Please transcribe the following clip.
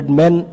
men